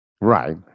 Right